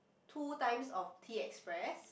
two times of Tea Express